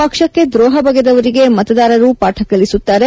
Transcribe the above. ಪಕ್ಷಕ್ಕೆ ದ್ರೋಹ ಬಗೆದವರಿಗೆ ಮತದಾರರು ಪಾಠ ಕಲಿಸುತ್ತಾರೆ